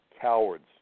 Cowards